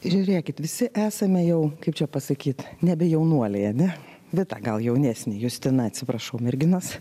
žiūrėkit visi esame jau kaip čia pasakyt nebejaunuoliai ane vita gal jaunesnė justina atsiprašau merginos